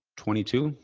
twenty two,